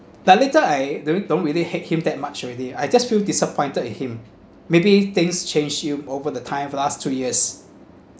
but later I don't don't really hate him that much already I just feel disappointed in him maybe things change you over the time last two years